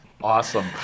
Awesome